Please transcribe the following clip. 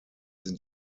sind